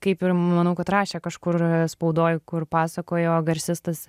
kaip ir manau kad rašė kažkur spaudoj kur pasakojo garsistas